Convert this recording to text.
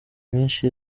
myinshi